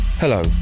Hello